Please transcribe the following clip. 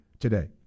Today